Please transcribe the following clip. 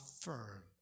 firm